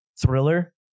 thriller